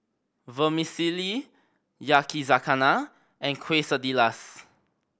Vermicelli Yakizakana and Quesadillas